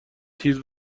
تیز